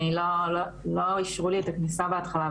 אני לא אישרו לי את הכניסה בהתחלה,